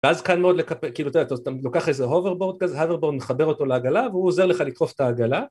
ואז קל מאוד לקפ-כאילו-אתה יודע, אתה לוקח איזה הוברבורד כזה, הוברבורד, מחבר אותו לעגלה, והוא עוזר לך לדחוף את העגלה,